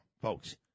folks